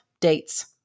dates